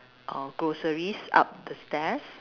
uh groceries up the stairs